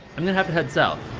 i'm gonna have to head south